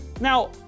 now